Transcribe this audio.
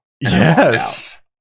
Yes